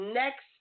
next